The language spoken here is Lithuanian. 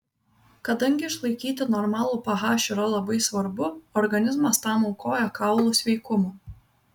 kadangi išlaikyti normalų ph yra labai svarbu organizmas tam aukoja kaulų sveikumą